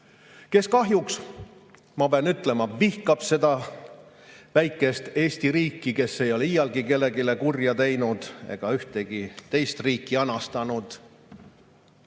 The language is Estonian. kes kahjuks, ma pean ütlema, vihkab seda väikest Eesti riiki, kes ei ole iialgi kellelegi kurja teinud ega ühtegi teist riiki anastanud,